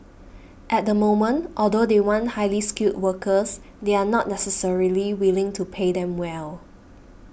at the moment although they want highly skilled workers they are not necessarily willing to pay them well